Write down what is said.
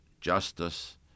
justice